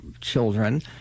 children